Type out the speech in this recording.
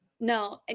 No